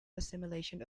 assimilation